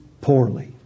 poorly